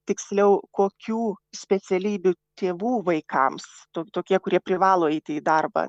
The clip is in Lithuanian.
tiksliau kokių specialybių tėvų vaikams tokie kurie privalo eiti į darbą